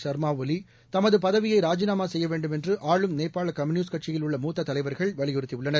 சர்மா ஒலி தமது பதவியை ராஜினாமா செய்ய வேண்டும் என்று ஆளும் நேபாள கம்யூனிஸ்ட் கட்சியில் உள்ள மூத்த தலைவர்கள் வலியுறுத்தியுள்ளனர்